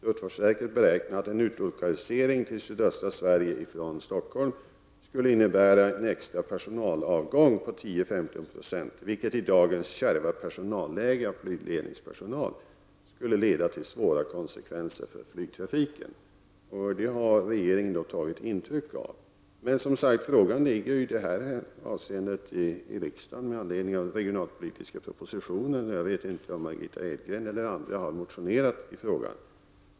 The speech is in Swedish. Luftfartsverket beräknar att en utlokalisering till sydöstra Sverige från Stockholm skulle innebära en extra personalavgång på 10-15 96, vilket i dagens kärva läge med flygledningspersonal skulle leda till svåra konsekvenser för flygtrafiken. Det har regeringen tagit intryck av. Frågan ligger i det avseendet i riksdagen med anledning av den regionalpolitiska propositionen. Jag vet inte om Margitta Edgren eller andra har väckt motioner i frågan.